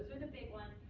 the big ones.